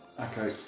Okay